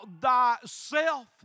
thyself